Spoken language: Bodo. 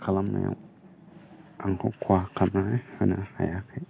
खालामनायाव खहा खालामना होनो हायाखै